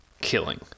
killing